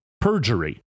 perjury